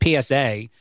PSA